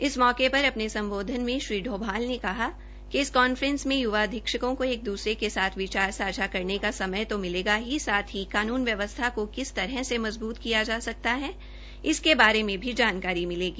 इस मौकेपर अपने सम्बोधन में श्री डोभाल ने कहा कि इस कांफ्रेंस मे यूवा अधीक्षकों को एक दूसरे के साथ विचार सांझा करने का समय तो मिलेगा ही साथ ही कानून व्यवस्था को किस तरह से मजबूत किया जा सकता है उसको बारे में भी जानकारी मिलेगी